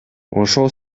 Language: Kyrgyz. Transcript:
ошол